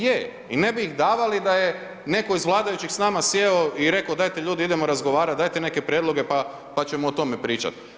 Je i ne bi ih davali da je neko iz vladajućeg s nama sjeo i reko dajte ljudi idemo razgovarat, dajte neke prijedloge, pa, pa ćemo o tome pričat.